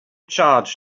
charged